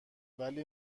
ولی